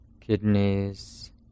kidneys